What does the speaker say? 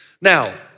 Now